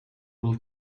will